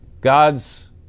God's